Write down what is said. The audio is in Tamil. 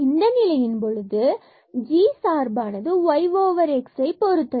இந்த நிலையின் பொழுது g சார்பானது yx பொருத்தது